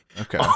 Okay